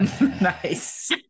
Nice